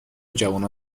جوونا